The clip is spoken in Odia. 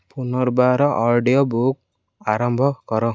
ପୁନର୍ବାର ଅଡ଼ିଓ ବୁକ୍ ଆରମ୍ଭ କର